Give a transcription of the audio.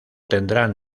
tendrán